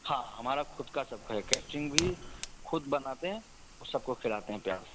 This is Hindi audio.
हाँ हमारा खुद का सब है कैटरिंग भी खुद बनाते है और सबको खिलाते हैं प्यार से